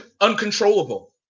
uncontrollable